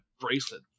bracelet